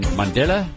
mandela